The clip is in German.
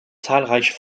zahlreiche